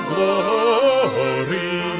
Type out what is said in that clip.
Glory